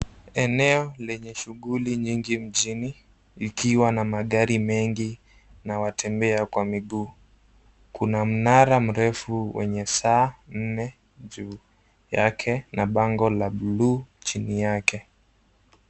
Eneo lenye shughuli nyingi mjini, ikiwa na magari mengi na watembea kwa miguu. Kuna mnara mrefu wenye saa nne juu yake, na bango la blue chini yake.